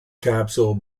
capsule